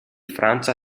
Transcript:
francia